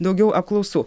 daugiau apklausų